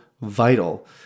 vital